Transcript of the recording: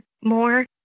more